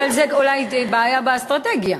כן, אבל זה אולי בעיה באסטרטגיה.